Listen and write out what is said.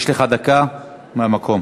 יש לך דקה מהמקום.